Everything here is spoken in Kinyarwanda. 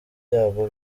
byabo